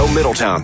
Middletown